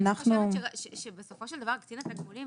אני חושבת שבסופו של דבר קצין התגמולים